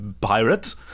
pirate